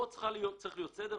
פה צריך להיות סדר.